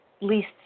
least